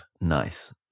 Nice